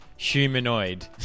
Humanoid